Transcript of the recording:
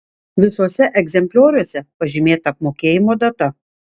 visuose egzemplioriuose pažymėta apmokėjimo data